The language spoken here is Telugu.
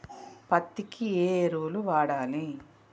పత్తి కి ఏ ఎరువులు వాడాలి?